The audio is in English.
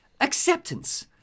Acceptance